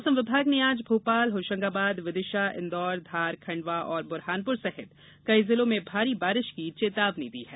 मौसम विभाग ने आज भोपाल होशंगाबाद विदिशा इंदौर धार खंडवा और बुरहानपुर सहित कई जिलों में भारी बारिश की चेतावनी दी है